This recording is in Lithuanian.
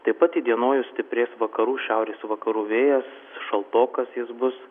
taip pat įdienojus stiprės vakarų šiaurės vakarų vėjas šaltokas jis bus